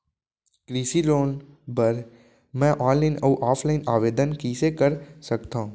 कृषि लोन बर मैं ऑनलाइन अऊ ऑफलाइन आवेदन कइसे कर सकथव?